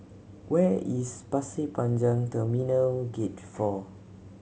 where is Pasir Panjang Terminal Gate Four